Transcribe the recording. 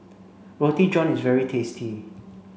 Roti John is very tasty